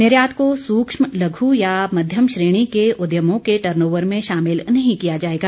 निर्यात को सूक्ष्म लघु या मध्यम श्रेणी के उद्यमों के टर्नओवर में शामिल नहीं किया जाएगा